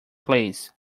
please